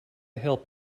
help